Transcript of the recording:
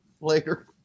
Later